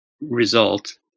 result